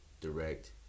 direct